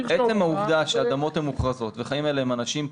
עצם העובדה שהאדמות הן מוכרזות וחיים עליהן אנשים,